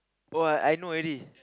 oh I I know already